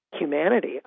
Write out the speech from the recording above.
humanity